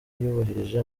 yubahirije